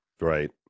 Right